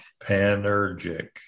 Panergic